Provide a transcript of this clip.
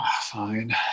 fine